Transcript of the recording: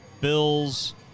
Bills